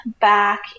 back